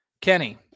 Kenny